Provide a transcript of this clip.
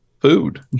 food